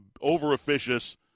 over-officious